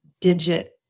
digit